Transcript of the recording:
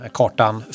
kartan